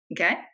okay